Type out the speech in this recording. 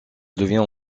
devient